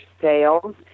sales